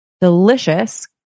delicious